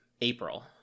april